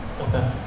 Okay